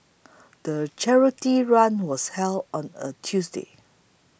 the charity run was held on a Tuesday